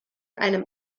einem